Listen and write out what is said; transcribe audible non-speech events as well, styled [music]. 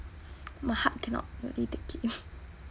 my heart cannot really take it [laughs]